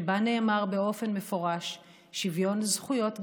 שבה נאמר באופן מפורש: שוויון זכויות גמור,